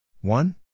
One